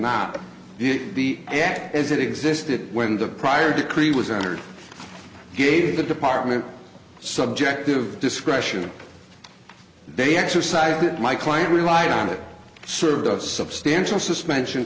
act as it existed when the prior decree was entered gave the department subjective discretion they exercised it my client relied on it served a substantial suspension